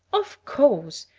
of course.